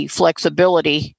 flexibility